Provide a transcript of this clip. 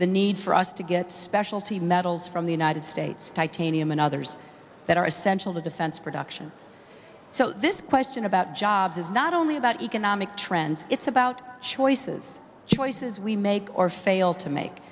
the need for us to get specialty metals from the united states titanium and others that are essential to defense production so this question about jobs is not only about economic trends it's about choices choices we make or fail to make